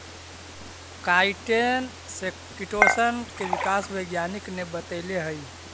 काईटिने से किटोशन के विकास वैज्ञानिक ने बतैले हई